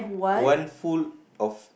one full of